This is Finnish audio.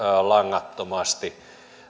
langattomasti